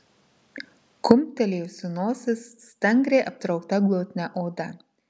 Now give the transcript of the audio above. kumptelėjusi nosis stangriai aptraukta glotnia oda